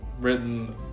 written